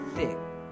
Thick